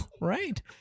Right